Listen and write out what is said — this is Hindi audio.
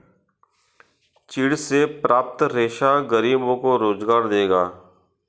चीड़ से प्राप्त रेशा गरीबों को रोजगार देगा